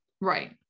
right